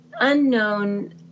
unknown